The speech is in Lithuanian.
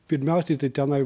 pirmiausiai tai tenai